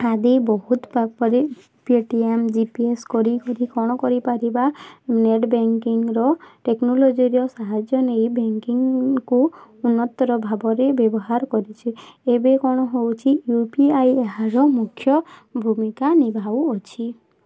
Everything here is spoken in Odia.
ଆଦି ବହୁତ ପରି ଭାବରେ Paytm G P S କରି କ'ଣ କରିପାରିବା ନେଟ୍ ବ୍ୟାଙ୍କିଙ୍ଗ୍ର ଟେକ୍ନୋଲୋଜିର ସାହାଯ୍ୟ ନେଇ ବ୍ୟାଙ୍କିଙ୍ଗ୍କୁ ଉନ୍ନତର ଭାବରେ ବ୍ୟବହାର କରୁଛି ଏବେ କ'ଣ ହେଉଛି ୟୁ ପି ଆଇ ଏହାର ମୁଖ୍ୟ ଭୂମିକା ନିଭାଉ ଅଛି